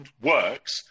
works